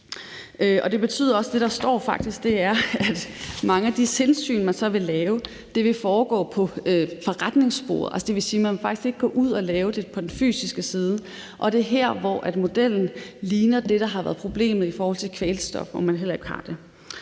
og det er, at mange af de tilsyn, man så vil lave, vil foregå på forretningsborde, og det vil sige, at man faktisk ikke vil gå ud og lave det på den fysiske side. Det er her, hvor modellen ligner det, der har været problemet i forhold til kvælstof, hvor man heller ikke har det.